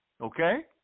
Okay